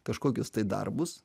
kažkokius darbus